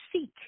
seek